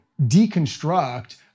deconstruct